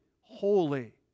holy